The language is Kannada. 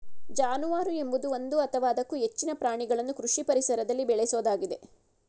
ಜಾನುವಾರು ಎಂಬುದು ಒಂದು ಅಥವಾ ಅದಕ್ಕೂ ಹೆಚ್ಚಿನ ಪ್ರಾಣಿಗಳನ್ನು ಕೃಷಿ ಪರಿಸರದಲ್ಲಿ ಬೇಳೆಸೋದಾಗಿದೆ